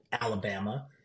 Alabama